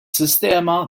sistema